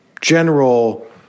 general